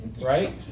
right